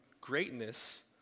greatness